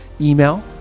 email